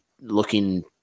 looking